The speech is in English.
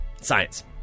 Science